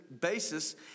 basis